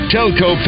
Telco